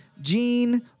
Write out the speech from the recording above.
Gene